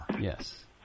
Yes